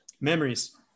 memories